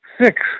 Six